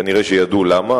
כנראה שידעו למה,